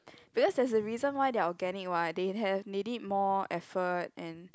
because that's the reason why they are organic what they have made it more effort and